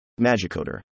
Magicoder